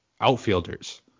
outfielders